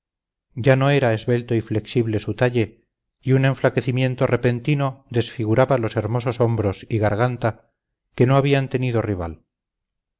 ya no era esbelto y flexible su talle y un enflaquecimiento repentino desfiguraba los hermosos hombros y garganta que no habían tenido rival